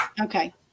Okay